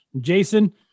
Jason